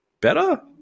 better